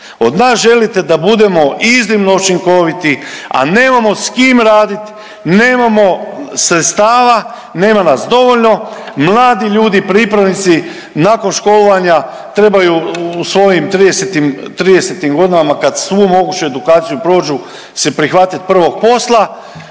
Od nas želite da budemo iznimno učinkoviti, a nemamo s kim raditi, nemamo sredstava, nema nas dovoljno. Mladi ljudi pripravnici nakon školovanja trebaju u svojim tridesetim godinama kad svu moguću edukaciju prođu se prihvatiti prvog posla.